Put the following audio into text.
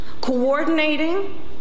coordinating